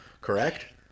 correct